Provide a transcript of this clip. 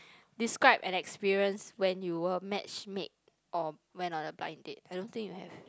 describe an experience when you were match made or went on a blind date I don't think you have